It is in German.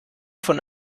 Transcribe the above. von